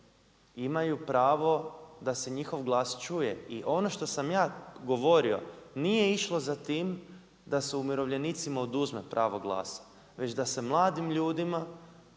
imaju pravo da se njihov glas čuje. I ono što sam ja govorio nije išlo za tim da se umirovljenicima oduzme pravo glasa, već da se mladim ljudima